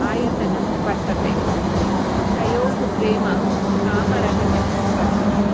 आयतनम् वर्तते तयोः प्रेमम् कामरहितम् वर्तते